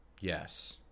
Yes